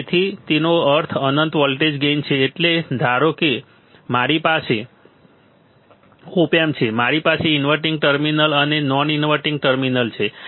તેથી તેનો અર્થ અનંત વોલ્ટેજ ગેઇન છે એટલે ધારો કે મારી પાસે ઓપ એમ્પ છે મારી પાસે ઇન્વર્ટીંગ ટર્મિનલ અને નોન ઇન્વર્ટીંગ ટર્મિનલ છે